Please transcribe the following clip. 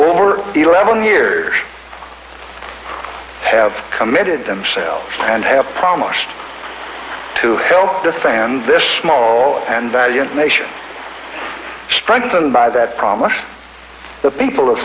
over eleven years have committed themselves and have promised to help defend this small and valiant nation strengthened by that promise the people of